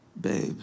babe